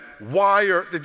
wire